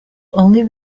only